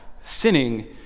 sinning